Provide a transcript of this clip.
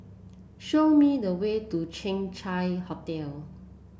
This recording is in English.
show me the way to Chang Chai Hotel